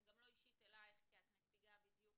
זה גם לא אישית אליך כי את נציגה בדיוק